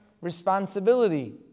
responsibility